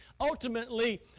Ultimately